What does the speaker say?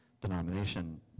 denomination